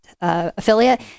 affiliate